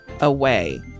away